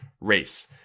race